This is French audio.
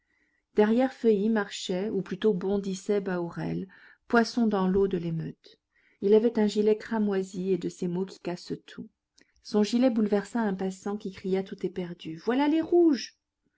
derrière feuilly marchait ou plutôt bondissait bahorel poisson dans l'eau de l'émeute il avait un gilet cramoisi et de ces mots qui cassent tout son gilet bouleversa un passant qui cria tout éperdu voilà les rouges